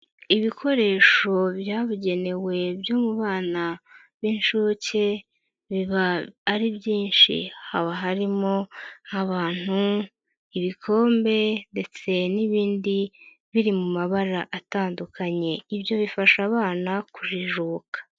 Ibikoresho byabugenewe byo mu bana b'inshuke biba ari byinshi haba harimo abantu, ibikombe, ndetse n'ibindi biri mu mabara atandukanye, ibyo bifasha abana kujijuka.